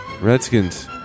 Redskins